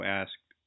asked